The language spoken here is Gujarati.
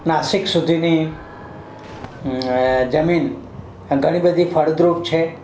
નાસિક સુધીની જમીન ઘણી બધી ફળદ્રુપ છે